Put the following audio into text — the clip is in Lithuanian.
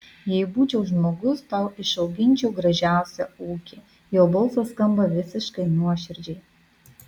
jei būčiau žmogus tau išauginčiau gražiausią ūkį jo balsas skamba visiškai nuoširdžiai